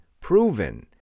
proven